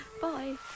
Bye